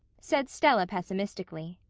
said stella pesimistically.